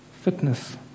Fitness